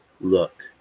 look